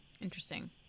Interesting